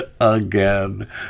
again